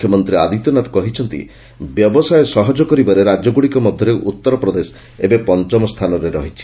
ମୁଖ୍ୟମନ୍ତ୍ରୀ ଆଦିତ୍ୟନାଥ କହିଛନ୍ତି ବ୍ୟବସାୟ ସହଜ କରିବାରେ ରାଜ୍ୟଗୁଡ଼ିକ ମଧ୍ୟରେ ଉଉର ପ୍ରଦେଶ ଏବେ ପଞ୍ଚମ ସ୍ଥାନରେ ଅଛି